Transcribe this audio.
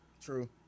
True